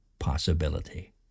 Possibility